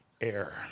air